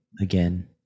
again